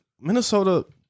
Minnesota